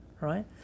right